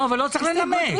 לא צריך לנמק.